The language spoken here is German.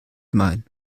mein